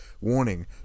Warning